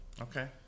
Okay